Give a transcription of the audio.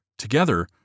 Together